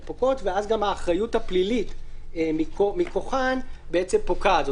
הן פוקעות, ואז גם האחריות הפלילית מכוחן פוקעת.